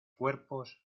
cuerpos